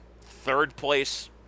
third-place